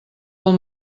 del